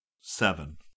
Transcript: Seven